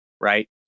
right